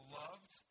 loved